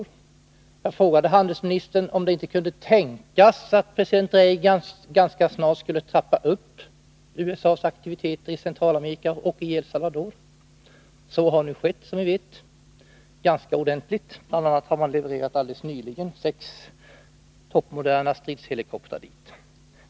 Och jag frågade handelministern om det inte kunde tänkas att president Reagan ganska snart skulle trappa upp USA-aktiviteterna i Centralamerika och i El Salvador. Så har nu skett ganska ordentligt, som vi vet. Bl. a. har man alldeles nyligen levererat 6 toppmoderna stridshelikoptrar.